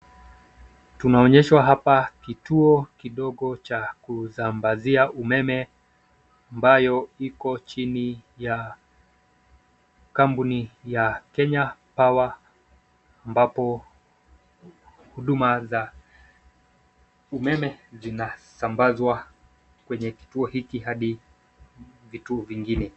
Tunaonyeshwa hapa kituo kidogo cha kusambazia umeme ambayo iko chini ya kampuni ya Kenya Power ambapo huduma za umeme zinasambazwa kwenye kituo hiki hadi vituo vingine.